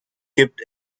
gibt